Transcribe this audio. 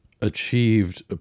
achieved